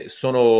sono